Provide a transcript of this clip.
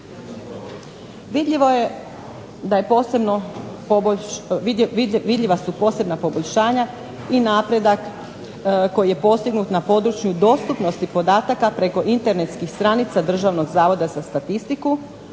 Vidljiva su posebna poboljšanja i napredak koji je postignut na području dostupnosti podataka preko internetskih stranica Državnog zavoda za statistiku,